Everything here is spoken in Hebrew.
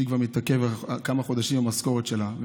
ולאשתי מתעכבת המשכורת שלה כמה חודשים,